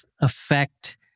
affect